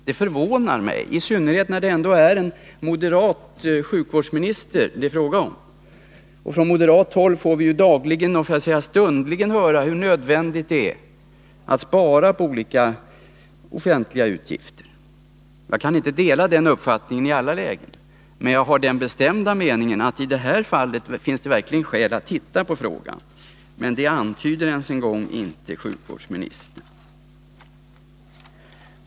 Det förvånar mig, i synnerhet när det ändå är fråga om en moderat sjukvårdsminister. Från moderat håll får vi dagligen, nästan stundligen, höra hur nödvändigt det är att spara på olika offentliga utgifter. Jag kan inte dela den uppfattningen i alla lägen, men jag har den bestämda meningen att det i detta fall verkligen finns skäl att titta på frågan. Men sjukvårdsministern låter inte ens antyda att det skulle vara befogat.